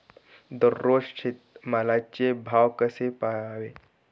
दररोज शेतमालाचे भाव कसे पहावे?